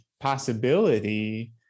possibility